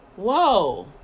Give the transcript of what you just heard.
Whoa